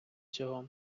цього